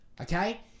okay